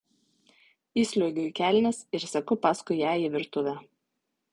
įsliuogiu į kelnes ir seku paskui ją į virtuvę